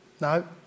No